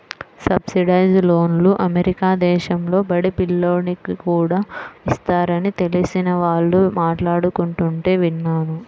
subsidised లోన్లు America దేశంలో బడి పిల్లోనికి కూడా ఇస్తారని తెలిసిన వాళ్ళు మాట్లాడుకుంటుంటే విన్నాను